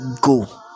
go